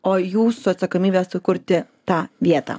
o jūsų atsakomybė sukurti tą vietą